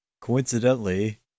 coincidentally